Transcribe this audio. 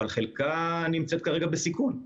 אבל חלקה נמצא כרגע בסיכון.